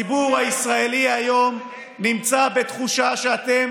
כי הציבור הישראלי היום נמצא בתחושה שאתם